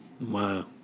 Wow